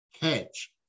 catch